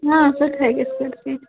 ہاں سُہ تہِ ہیٚکہِ یِتھ پٲٹھۍ کٔرِتھ